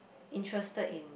interested in